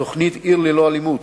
תוכנית "עיר ללא אלימות",